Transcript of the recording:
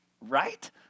right